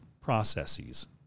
processes